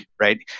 right